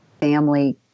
family